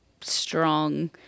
strong